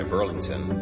Burlington